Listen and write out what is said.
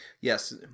yes